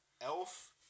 Elf